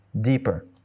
deeper